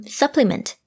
supplement